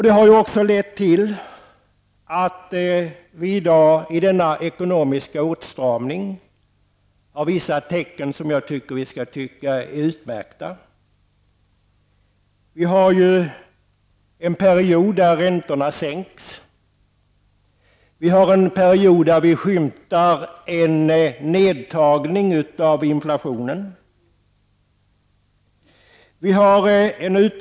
Det har också lett till att vi i dag i denna ekonomiska åtstramning sett vissa tecken som jag anser att vi borde betrakta som utmärkta. Vi har nu en period där räntorna sänks, och vi skymtar en nedgång i inflationen.